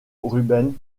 rubens